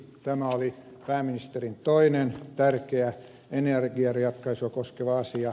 tämä oli pääministerin toinen tärkeä energiaratkaisua koskeva asia